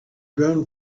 grown